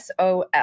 SOL